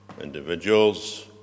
individuals